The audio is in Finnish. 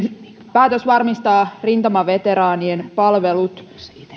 päätös varmistaa rintamaveteraanien palvelut